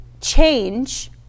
change